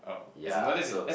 ya so